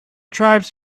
tribes